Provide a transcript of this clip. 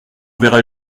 verrai